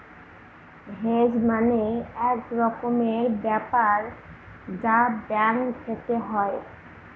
hedge মানে এক রকমের ব্যাপার যা ব্যাঙ্ক থেকে হয়